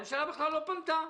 הממשלה בכלל לא פנתה,